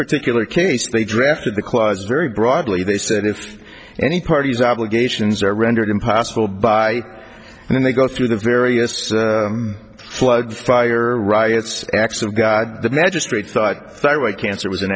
particular case they drafted the clause very broadly they said if any party's obligations are rendered impossible by then they go through the various flood fire riots acts of god the magistrate thought thyroid cancer was an